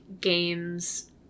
games